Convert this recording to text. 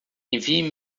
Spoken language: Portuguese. envie